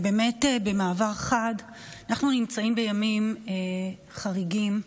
במעבר חד: אנחנו נמצאים בימים חריגים,